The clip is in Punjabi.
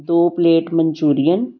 ਦੋ ਪਲੇਟ ਮਨਚੂਰੀਅਨ